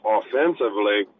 offensively